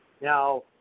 Now